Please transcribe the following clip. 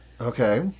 Okay